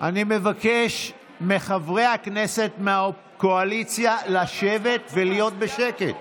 אני מבקש מחברי הכנסת מהקואליציה לשבת ולהיות בשקט.